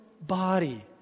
body